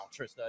Trista